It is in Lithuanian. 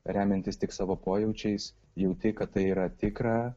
remiantis tik savo pojūčiais jauti kad tai yra tikra